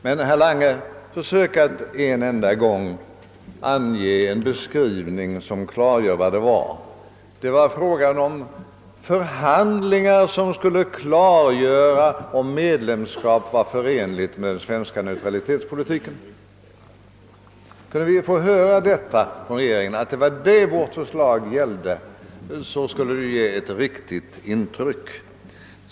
Men, herr Lange, försök att en enda gång använda ett uttryckssätt som klargör vad det verkligen var fråga om, nämligen förhandlingar som skulle visa huruvida medlemskap var förenligt med den svenska neutralitetspolitiken. Om vi kunde få höra från regeringen att det var detta vårt förslag gällde skulle det ge ett riktigt intryck.